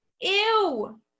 Ew